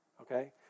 okay